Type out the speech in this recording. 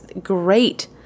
great